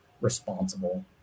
responsible